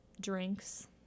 drinks